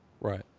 Right